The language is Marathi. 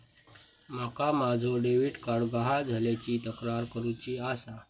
माका माझो डेबिट कार्ड गहाळ झाल्याची तक्रार करुची आसा